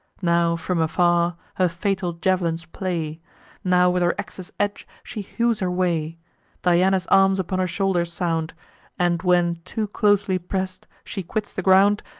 now from afar her fatal jav'lins play now with her ax's edge she hews her way diana's arms upon her shoulder sound and when, too closely press'd, she quits the ground,